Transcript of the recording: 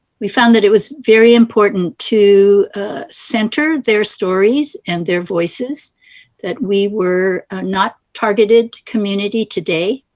we found that it was very important to center their stories and their voices that we were not targeted community today.